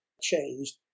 changed